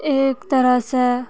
एक तरहसँ